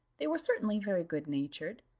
they were certainly very good-natured.